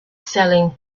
selling